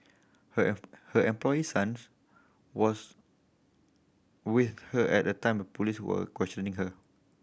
her her employer's sons was with her at the time police were questioning her